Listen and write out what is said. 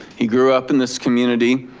he grew up in this community,